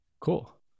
cool